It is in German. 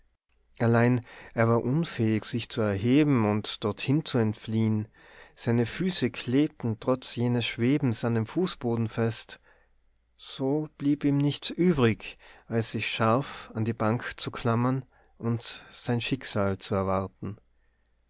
allein er war unfähig sich zu erheben und dorthin zu entfliehen seine füße klebten trotz jenes schwebens an dem fußboden fest so blieb ihm nichts übrig als sich scharf an die bank zu klammern und sein schicksal zu erwarten